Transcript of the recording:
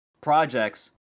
projects